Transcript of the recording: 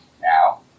now